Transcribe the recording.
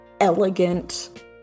elegant